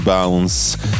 Bounce